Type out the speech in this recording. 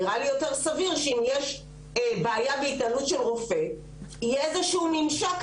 נראה לי יותר סביר שאם יש בעיה בהתנהלות של רופא יהיה איזה שהוא ממשק,